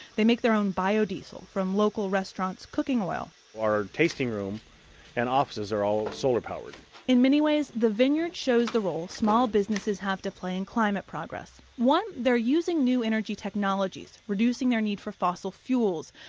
they make their own bio-diesel from local restaurants cooking oil our tasting room and offices are all solar powered in many ways, the vineyard shows the role small businesses have to play in climate progress. one, they're using new energy technologies, reducing their need for fossil fuels.